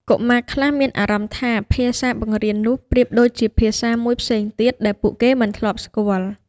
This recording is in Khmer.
កុមារខ្លះមានអារម្មណ៍ថាភាសាបង្រៀននោះប្រៀបដូចជាភាសាមួយផ្សេងទៀតដែលពួកគេមិនធ្លាប់ស្គាល់។